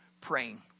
praying